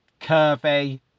curvy